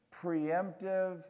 preemptive